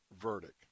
verdict